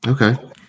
Okay